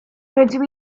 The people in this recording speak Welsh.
rydw